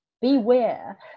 beware